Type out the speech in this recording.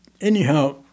Anyhow